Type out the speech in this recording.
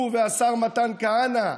הוא והשר מתן כהנא,